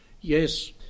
Yes